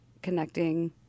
connecting